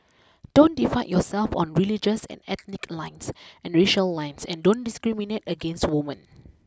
don't divide yourself on religious and ethnic lines and racial lines and don't discriminate against women